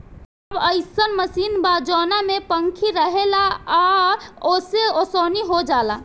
अब अइसन मशीन बा जवना में पंखी रहेला आ ओसे ओसवनी हो जाला